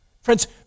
friends